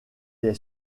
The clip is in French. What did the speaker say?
est